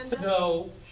no